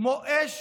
כמו אש